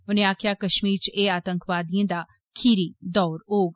उनें आक्खेआ कश्मीर च एह आतकवादिएं दा अखीरी दौर होग